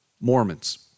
Mormons